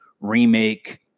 remake